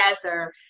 together